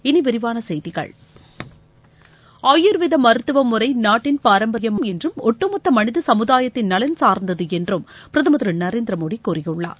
இனி விரிவான செய்திகள் ஆயுர்வதே மருத்துவமுறை நாட்டின் பாரம்பரியம் என்றும் ஒட்டுமொத்த மனித சமுதாயத்தின் நலன் சார்ந்தது என்றும் பிரதமர் திரு நரேந்திரமோடி கூறியுள்ளார்